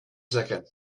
second